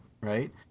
right